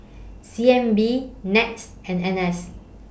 C N B Nets and N S